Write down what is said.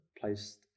placed